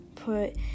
put